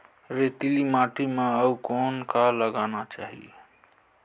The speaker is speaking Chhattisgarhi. रेतीली माटी म अउ कौन का लगाना चाही?